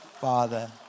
Father